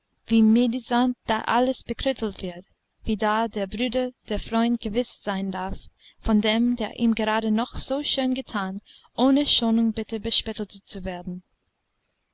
wie medisant da alles bekrittelt wird wie da der bruder der freund gewiß sein darf von dem der ihm gerade noch so schön getan ohne schonung bitter bespöttelt zu werden